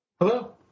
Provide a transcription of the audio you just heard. Hello